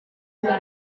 buraya